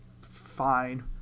fine